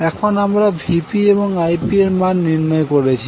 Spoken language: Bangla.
এখন আমরা Vp এবং Ip এর মান নির্ণয় করেছি